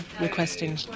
requesting